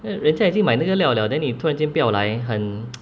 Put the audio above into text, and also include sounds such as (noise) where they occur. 人已经买那个料了 then 你突然间不要来很 (noise)